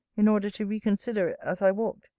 in order to reconsider it as i walked,